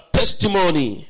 testimony